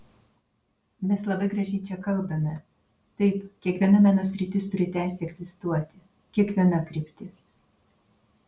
mes labai gražiai čia kalbame taip kiekviena meno sritis turi teisę egzistuoti kiekviena kryptis